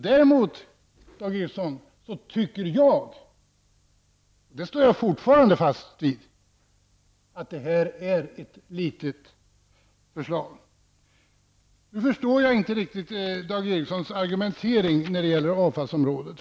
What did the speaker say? Däremot, Dag Ericson, tycker jag -- och det står jag fortfarande fast vid -- att det här är ett litet förslag. Jag förstår inte riktigt Dag Ericsons sätt att argumentera på avfallsområdet.